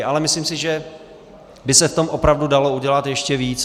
Ale myslím si, že by se v tom opravdu dalo udělat ještě víc.